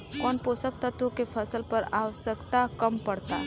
कौन पोषक तत्व के फसल पर आवशयक्ता कम पड़ता?